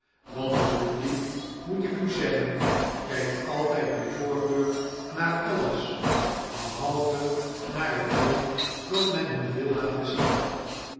want het publiek moet ik u zeggen kykt altyd by voorkeur naar alles behalve naar het ding dat men hun wil laten zien